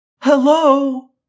Hello